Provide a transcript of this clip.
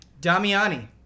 Damiani